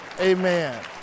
amen